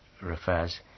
refers